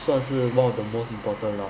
算是 one of the most important lah